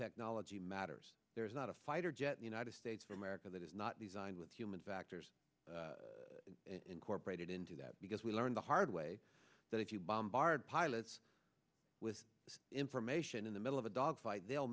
technology matters there is not a fighter jet united states of america that is not designed with human factors incorporated into that because we learned the hard way that if you bombard pilots with information in the middle of a dogfight they'll